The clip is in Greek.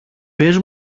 πες